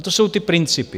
To jsou ty principy.